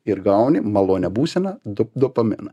ir gauni malonią būseną do dopaminą